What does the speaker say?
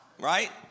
right